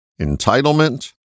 Entitlement